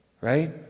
Right